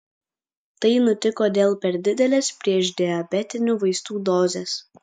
tai nutiko dėl per didelės priešdiabetinių vaistų dozės